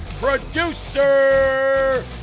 producer